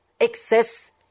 excess